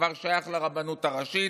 כבר שייך לרבנות הראשית,